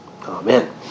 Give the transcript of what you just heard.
Amen